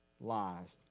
lives